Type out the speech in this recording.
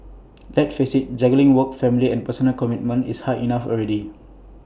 let's face IT juggling work family and personal commitments is hard enough already